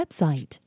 website